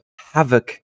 havoc